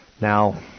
Now